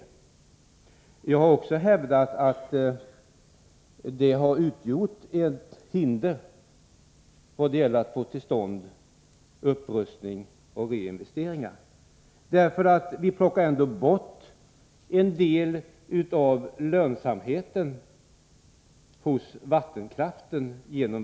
Jag har emellertid också hävdat att den har utgjort ett hinder när det gäller att få till stånd upprustning och reinvesteringar. Vi plockar genom vattenkraftsskatten ändå bort en del av lönsamheten hos vattenkraften.